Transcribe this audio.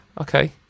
Okay